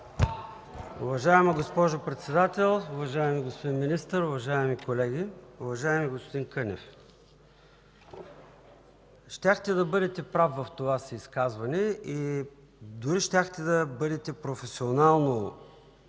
Уважаема госпожо Председател, уважаеми господин Министър, уважаеми колеги! Уважаеми господин Кънев, щяхте да бъдете прав в това си изказване и дори щяхте да бъдете професионално